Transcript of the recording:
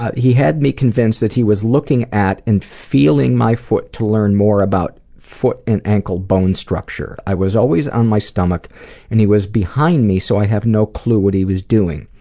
ah he had me convinced that he was looking at, and feeling my foot to learn more about foot and ankle bone structure. i was always on my stomach and he was behind me so i have no clue what he was doing.